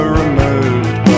removed